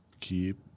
keep